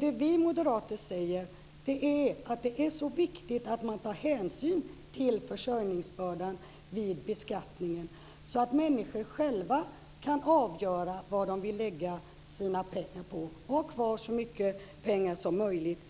Vad vi moderater säger är att det är så viktigt att man tar hänsyn till försörjningsbördan vid beskattningen, så att människor själva kan avgöra vad de vill lägga sina pengar på och ha kvar så mycket pengar som möjligt